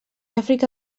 àfrica